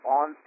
on